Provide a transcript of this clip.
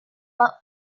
but